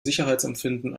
sicherheitsempfinden